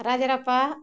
ᱨᱟᱡᱽ ᱨᱟᱯᱟᱜ